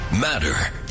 matter